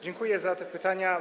Dziękuję za te pytania.